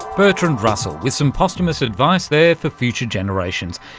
bertrand russell with some posthumous advice there for future generations,